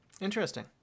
Interesting